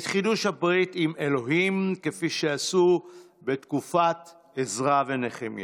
את חידוש הברית עם אלוהים כפי שעשו בתקופת עזרא ונחמיה,